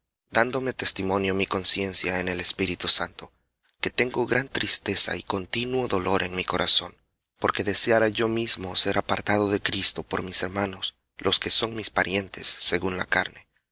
dándome testimonio mi conciencia en el espíritu santo que tengo gran tristeza y continuo dolor en mi corazón porque deseara yo mismo ser apartado de cristo por mis hermanos los que son mis parientes según la carne